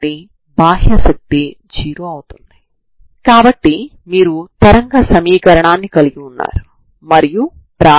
ఈ విధంగా మనం వన్ డైమెన్షనల్ నాన్ హోమోజీనియస్ తరంగ సమీకరణాన్ని పరిష్కరిస్తాం